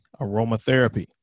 aromatherapy